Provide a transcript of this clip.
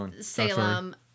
Salem